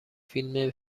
فیلم